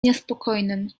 niespokojnym